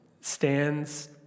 stands